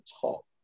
top